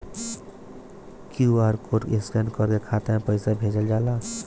QR code scan करके खाता में पैसा भेजल जाला का?